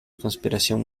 conspiración